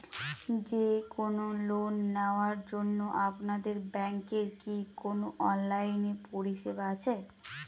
যে কোন লোন নেওয়ার জন্য আপনাদের ব্যাঙ্কের কি কোন অনলাইনে পরিষেবা আছে?